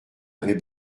avait